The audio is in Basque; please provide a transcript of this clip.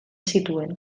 zituen